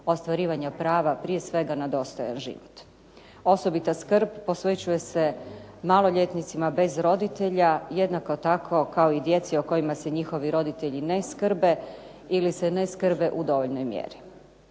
ostvarivanja prava, prije svega na dostojan život. Osobita skrb posvećuje se maloljetnicima bez roditelja, jednako tako kao i djeci o kojima se njihovi roditelji ne skrbe ili se ne skrbe u dovoljnoj mjeri.